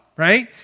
Right